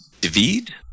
David